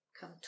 come